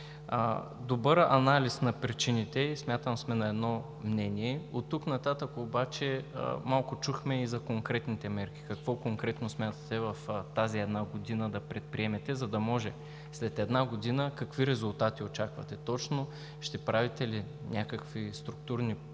Добър анализ на причините и смятам, че сме на едно мнение. Оттук нататък обаче малко чухме и за конкретните мерки, какво конкретно смятате да предприемете в тази една година? След една година какви резултати очаквате точно? Ще правите ли някакви структурни промени?